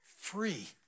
free